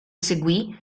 seguì